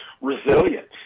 Resilience